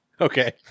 Okay